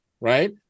right